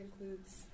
includes